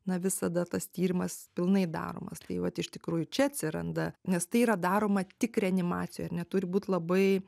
na visada tas tyrimas pilnai daromas tai vat iš tikrųjų čia atsiranda nes tai yra daroma tik reanimacijoj ar ne turi būt labai